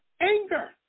Anger